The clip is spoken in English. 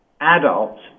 adults